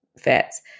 fats